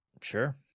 Sure